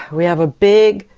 we have a big,